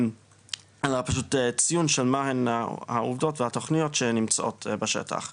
אלא פשוט ציון של מהן העובדות והתוכניות שנמצאות בשטח.